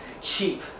cheap